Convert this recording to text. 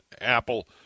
Apple